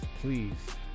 please